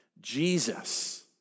Jesus